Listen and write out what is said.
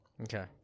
Okay